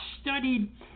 studied